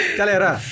Galera